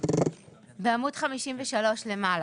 בעמוד 53 למעלה.